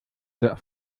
der